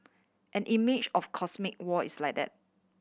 an image of cosmic war is like that